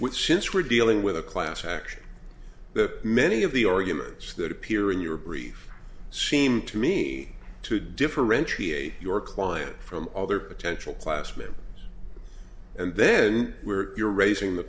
with since we're dealing with a class action that many of the arguments that appear in your brief seem to me to differentiate your client from other potential classmates and then where you're raising the